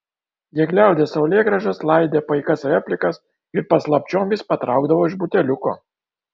jie gliaudė saulėgrąžas laidė paikas replikas ir paslapčiom vis patraukdavo iš buteliuko